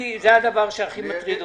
זה הדבר שהכי מטריד אותי.